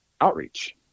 outreach